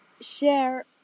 share